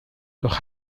doch